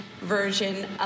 version